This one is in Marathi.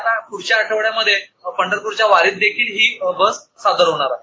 आता पुढच्या आठवड्यामध्ये पंढरपूरच्या वारीत देखील ही बस सादर होणार आहे